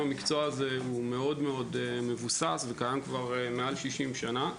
המקצוע הזה מאוד מבוסס וקיים כבר למעלה מ-60 שנה.